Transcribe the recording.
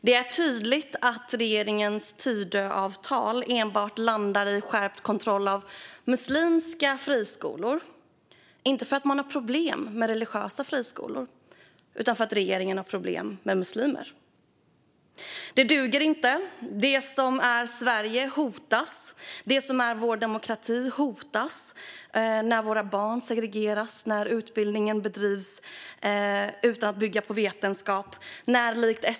Det är tydligt att regeringens Tidöavtal enbart landar i skärpt kontroll av muslimska friskolor. Regeringen har inte problem med religiösa friskolor, utan regeringen har problem med muslimer. Detta duger inte. Det som är Sverige hotas. Det som är vår demokrati hotas när våra barn segregeras och utbildningen bedrivs utan att bygga på vetenskap.